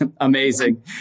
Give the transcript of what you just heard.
Amazing